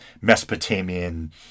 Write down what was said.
Mesopotamian